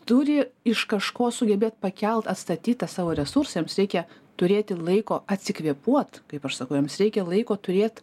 turi iš kažko sugebėt pakelt atstatyt tą savo resursą jiems reikia turėti laiko atsikvėpuot kaip aš sakau jiems reikia laiko turėt